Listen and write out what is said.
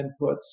inputs